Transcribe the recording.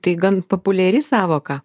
tai gan populiari sąvoka